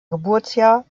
geburtsjahr